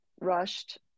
rushed